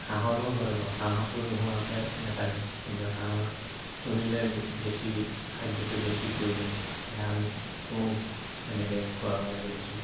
হাঁহটো হয় বাৰু হাঁহটো নোহোৱাকে নেথাকে কিন্তু হাঁহ পুহিলে বেছি খাদ্যটো বেছি প্ৰয়োজন ধানটো এনেকে খোৱাব লাগে বেছি